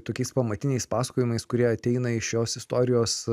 tokiais pamatiniais pasakojimais kurie ateina iš šios istorijos